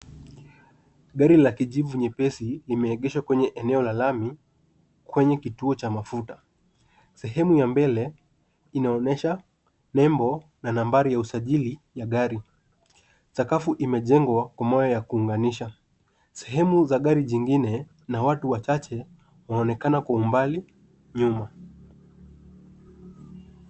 Gari la kijivu nyepesi limeegeshwa kwenye eneo la lami kwenye kituo cha mafuta. Sehemu ya mbele inaonyesha nembo na nambari ya usajili ya gari. Sakafu imejengwa kwa mawe ya kuunganisha. Sehemu za gari jingine na watu wachache wanaonekana kwa umbali nyuma.